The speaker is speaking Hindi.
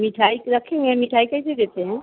मिठाई रखे हैं मिठाई कैसे देते हैं